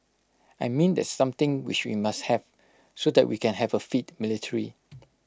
I mean that's something which we must have so that we can have A fit military